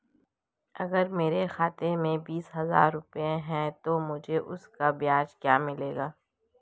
अगर मेरे खाते में बीस हज़ार रुपये हैं तो मुझे उसका ब्याज क्या मिलेगा?